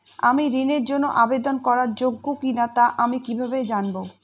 আমি ঋণের জন্য আবেদন করার যোগ্য কিনা তা আমি কীভাবে জানব?